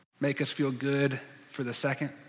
make-us-feel-good-for-the-second